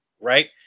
right